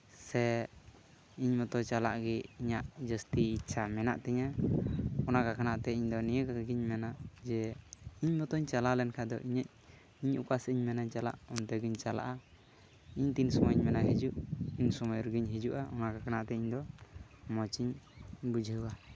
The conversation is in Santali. ᱥᱮ ᱤᱧ ᱢᱚᱛᱚ ᱪᱟᱞᱟᱜ ᱜᱮ ᱤᱧᱟᱹᱜ ᱡᱟᱹᱥᱛᱤ ᱤᱪᱪᱷᱟ ᱢᱮᱱᱟᱜ ᱛᱤᱧᱟᱹ ᱚᱱᱟ ᱠᱚ ᱠᱷᱚᱱᱟᱜ ᱛᱮ ᱤᱧ ᱫᱚ ᱱᱤᱭᱟᱹ ᱠᱚᱜᱮᱧ ᱢᱮᱱᱟ ᱡᱮ ᱤᱧ ᱢᱚᱛᱚᱧ ᱪᱟᱞᱟᱣᱟ ᱞᱮᱱᱠᱷᱟᱡ ᱫᱚ ᱤᱧᱟᱹᱜ ᱤᱧ ᱚᱠᱟ ᱥᱮᱫ ᱤᱧ ᱢᱮᱱᱟ ᱪᱟᱞᱟᱜ ᱚᱱᱛᱮ ᱜᱮᱧ ᱪᱟᱞᱟᱜᱼᱟ ᱤᱧ ᱛᱤᱱ ᱥᱚᱢᱚᱭ ᱤᱧ ᱢᱮᱱᱟ ᱦᱤᱡᱩᱜ ᱩᱱ ᱥᱚᱢᱚᱭ ᱨᱮᱜᱮᱧ ᱦᱤᱡᱩᱜᱼᱟ ᱚᱱᱟ ᱠᱚ ᱠᱷᱚᱱᱟᱜ ᱛᱮ ᱤᱧ ᱫᱚ ᱢᱚᱡᱽ ᱤᱧ ᱵᱩᱡᱷᱟᱹᱣᱟ